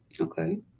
Okay